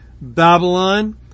Babylon